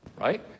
right